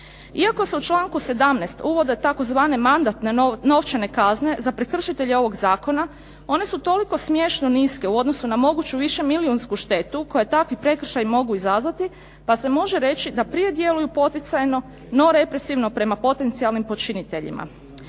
Iako se u članku 17. uvode tzv. mandatne novčane kazne za prekršitelje ovoga zakona, one su toliko smiješno niske u odnosu na moguću višemilijunsku štetu koju takvi prekršaji mogu izazvati pa se može reći da prije djeluju poticajno, no represivno prema potencijalnim počiniteljima.